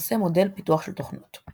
בנושא מודל פיתוח של תוכנות.